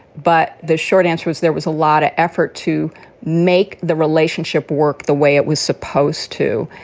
but the short answer was there was a lot of effort to make the relationship work the way it was supposed to.